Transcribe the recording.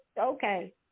okay